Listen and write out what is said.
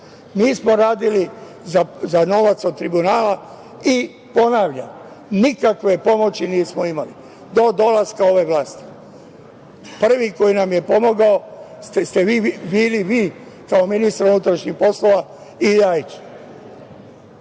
Mi smo radili za novac od Tribunala i, ponavljam, nikakve pomoći nismo imali do dolaska ove vlasti. Prvi koji nam je pomogao ste bili vi, kao ministar unutrašnjih poslova i Ljajić.